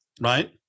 right